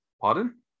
pardon